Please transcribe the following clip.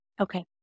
Okay